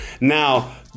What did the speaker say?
Now